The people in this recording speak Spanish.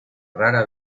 rara